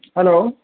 hello